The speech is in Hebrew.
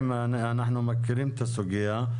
אנחנו מכירים את הסוגיה.